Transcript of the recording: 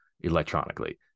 electronically